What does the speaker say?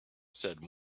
said